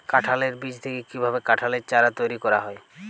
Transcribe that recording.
কাঁঠালের বীজ থেকে কীভাবে কাঁঠালের চারা তৈরি করা হয়?